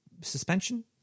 suspension